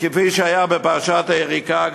וכפי שהיה בפרשת היריקה,